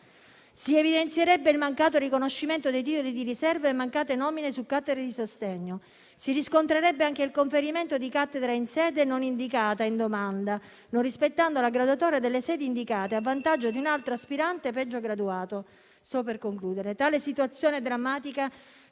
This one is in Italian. Si evidenzierebbero il mancato riconoscimento dei titoli di riserva e mancate nomine su cattedre di sostegno. Si riscontrerebbe anche il conferimento di cattedre in sede non indicata in domanda, non rispettando la graduatoria delle sedi indicate, a vantaggio di un altro aspirante peggio graduato.